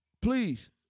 Please